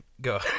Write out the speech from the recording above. Go